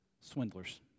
swindlers